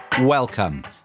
Welcome